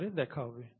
পরে দেখা হবে